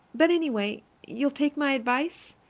but, anyway, you'll take my advice,